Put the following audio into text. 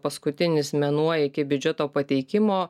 paskutinis mėnuo iki biudžeto pateikimo